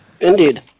Indeed